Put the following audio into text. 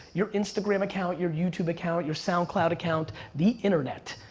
your instagram account, your youtube account, your soundcloud account, the internet.